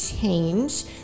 change